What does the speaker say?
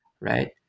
right